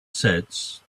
sets